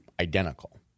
identical